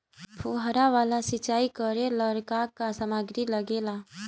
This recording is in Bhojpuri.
फ़ुहारा वाला सिचाई करे लर का का समाग्री लागे ला?